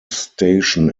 station